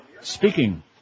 Speaking